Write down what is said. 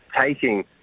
taking